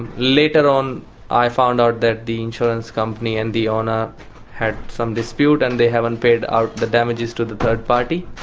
and later on i found out that the insurance company and the owner had some dispute and they haven't paid out the damages to the third party.